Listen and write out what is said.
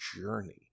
journey